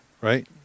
right